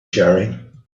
sharing